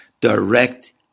Direct